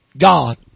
God